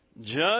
Judge